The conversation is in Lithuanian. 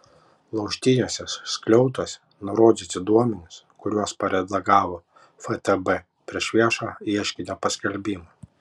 laužtiniuose skliaustuose nurodyti duomenys kuriuos paredagavo ftb prieš viešą ieškinio paskelbimą